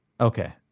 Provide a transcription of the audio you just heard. Okay